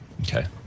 Okay